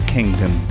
Kingdom